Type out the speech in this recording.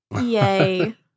Yay